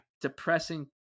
depressing